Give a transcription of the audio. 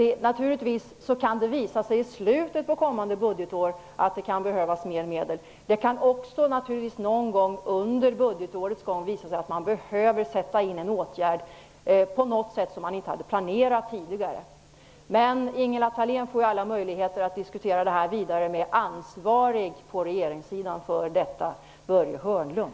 Givetvis kan det i slutet av kommande budgetår visa sig att det kan behövas mer medel. Det kan också någon gång under budgetåret visa sig att man behöver sätta in en åtgärd som man inte hade planerat tidigare. Ingela Thalén får alla möjligheter att diskutera detta vidare med den i regeringen ansvarige på detta område, Börje Hörnlund.